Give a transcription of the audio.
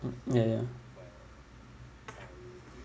mm ya ya